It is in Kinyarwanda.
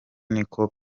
niko